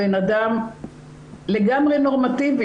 הבן אדם לגמרי נורמטיבי,